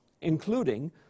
including